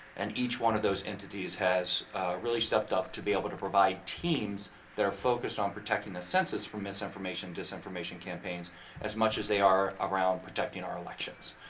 and each one of those entities has really stepped up to be able to provide teams that are focused on protecting census from misinformation, disinformation campaigns as much as they are around protecting our elections.